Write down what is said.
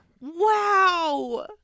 Wow